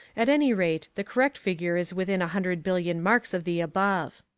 at any rate, the correct figure is within a hundred billion marks of the above.